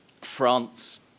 France